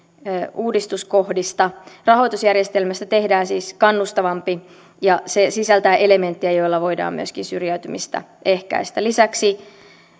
uudistuskohdista rahoitusjärjestelmästä tehdään siis kannustavampi ja se sisältää elementtejä joilla voidaan myöskin syrjäytymistä ehkäistä lisäksi